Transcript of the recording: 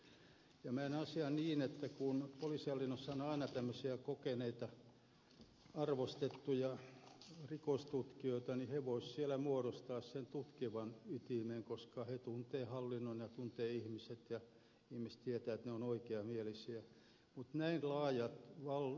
minä näen asian niin että kun poliisihallinnossa on aina tämmöisiä kokeneita arvostettuja rikostutkijoita niin he voisivat siellä muodostaa sen tutkivan ytimen koska he tuntevat hallinnon ja ihmiset ja ihmiset tietävät että he ovat oikeamielisiä